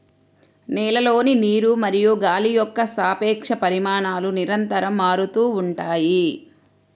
నేలలోని నీరు మరియు గాలి యొక్క సాపేక్ష పరిమాణాలు నిరంతరం మారుతూ ఉంటాయి